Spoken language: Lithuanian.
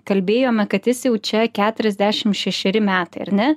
kalbėjome kad jis jau čia keturiasdešim šešeri metai ar ne